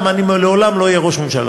כי אני לעולם לא אהיה ראש ממשלה.